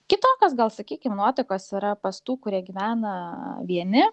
kitokios gal sakykim nuotaikos yra pas tų kurie gyvena vieni